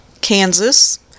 Kansas